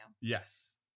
Yes